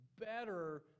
better